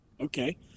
Okay